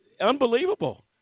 unbelievable